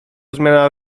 zmiana